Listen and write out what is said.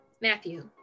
matthew